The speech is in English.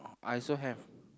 I also have